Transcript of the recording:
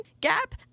gap